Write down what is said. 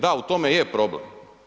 Da, u tome i je problem.